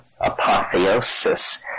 apotheosis